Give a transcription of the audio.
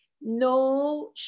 No